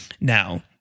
now